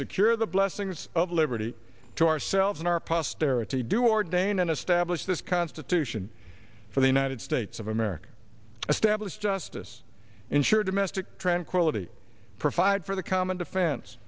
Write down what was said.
secure the blessings of liberty to ourselves and our posterity do ordain and establish this constitution for the united states of america establish justice insure domestic tranquility provide for the common defen